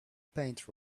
paint